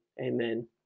Amen